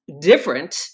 different